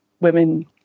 women